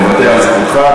מוותר על זכותך.